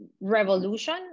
revolution